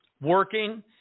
working